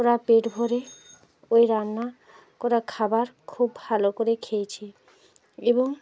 ওরা পেট ভরে ওই রান্না করা খাবার খুব ভালো করে খেয়েছে এবং